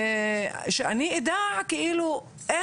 שאני אדע מה